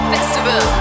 Festival